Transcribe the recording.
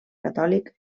catòlic